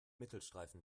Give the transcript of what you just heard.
mittelstreifen